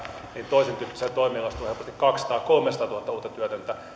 niin toisentyyppisillä toimilla olisi tullut helposti kaksisataatuhatta viiva kolmesataatuhatta uutta työtöntä